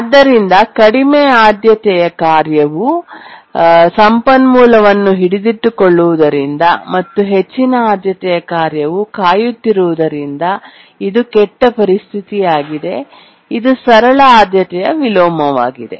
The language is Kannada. ಆದ್ದರಿಂದ ಕಡಿಮೆ ಆದ್ಯತೆಯ ಕಾರ್ಯವು ಸಂಪನ್ಮೂಲವನ್ನು ಹಿಡಿದಿಟ್ಟುಕೊಳ್ಳುವುದರಿಂದ ಮತ್ತು ಹೆಚ್ಚಿನ ಆದ್ಯತೆಯ ಕಾರ್ಯವು ಕಾಯುತ್ತಿರುವುದರಿಂದ ಇದು ಕೆಟ್ಟ ಪರಿಸ್ಥಿತಿಯಾಗಿದೆ ಇದು ಸರಳ ಆದ್ಯತೆಯ ವಿಲೋಮವಾಗಿದೆ